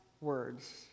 words